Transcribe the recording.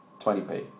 20p